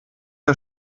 der